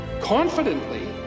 confidently